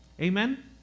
Amen